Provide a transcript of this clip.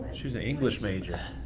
she was an english major?